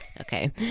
okay